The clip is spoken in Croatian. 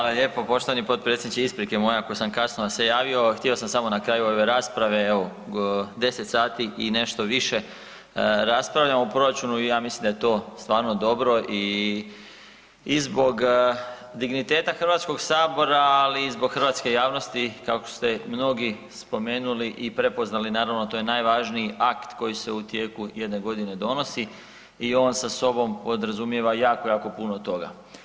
Hvala lijepo poštovani potpredsjedniče, isprike moje ako sam kasno se javio htio sam samo na kraju ove rasprave, evo 10 sati i nešto više raspravljamo o proračunu i ja mislim da je to stvarno dobro i zbog digniteta Hrvatskog sabora, ali i zbog hrvatske javnosti kako ste mnogi spomenuli i prepoznali naravno to je najvažniji akt koji se u tijeku jedne godine donosi i on sa sobom podrazumijeva jako, jako puno toga.